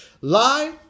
Lie